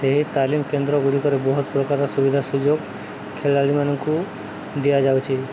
ଏହି ତାଲିମ କେନ୍ଦ୍ରଗୁଡ଼ିକରେ ବହୁତ ପ୍ରକାର ସୁବିଧା ସୁଯୋଗ ଖେଳାଳିମାନଙ୍କୁ ଦିଆଯାଉଛି